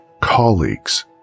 colleagues